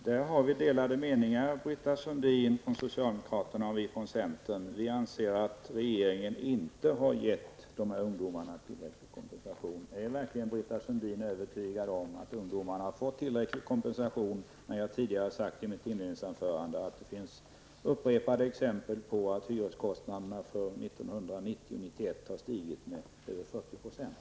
Herr talman! Därvidlag råder delade mening, Britta Sundin, mellan socialdemokraterna och oss från centern. Vi anser att regeringen inte har gett dessa ungdomar tillräcklig kompensation. Är verkligen Britta Sundin övertygad om att ungdomarna har fått tillräcklig kompensation? I mitt inledningsanförande har jag sagt att det finns upprepade exempel på att hyreskostnaderna 1990/1991 har stigit med över 40 %.